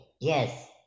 Yes